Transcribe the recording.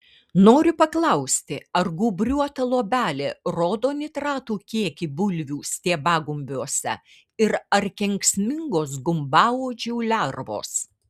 noriu paklausti ar gūbriuota luobelė rodo nitratų kiekį bulvių stiebagumbiuose ir ar kenksmingos gumbauodžių lervos